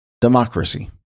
democracy